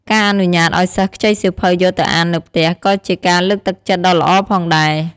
ការអនុញ្ញាតឱ្យសិស្សខ្ចីសៀវភៅយកទៅអាននៅផ្ទះ ក៏ជាការលើកទឹកចិត្តដ៏ល្អផងដែរ។